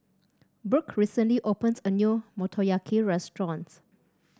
Brooke recently opens a new Motoyaki Restaurant